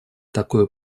такое